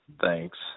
Thanks